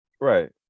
right